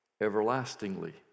everlastingly